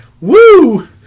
Woo